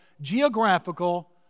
geographical